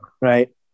right